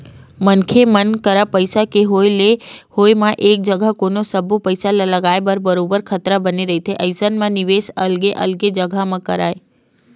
मनखे मन करा पइसा के होय म एक जघा कोनो सब्बो पइसा ल लगाए ले बरोबर खतरा बने रहिथे अइसन म निवेस अलगे अलगे जघा म करय